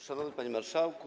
Szanowny Panie Marszałku!